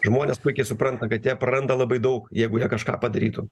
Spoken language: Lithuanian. žmonės puikiai supranta kad jie praranda labai daug jeigu jie kažką padarytų